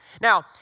Now